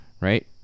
Right